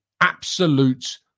absolute